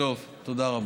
תודה רבה.